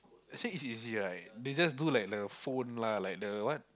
I say it's easy right they just do like like the phone lah like the what